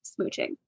smooching